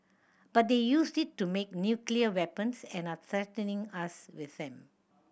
but they used it to make nuclear weapons and are threatening us with them